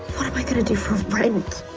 what am i gonna do for rent?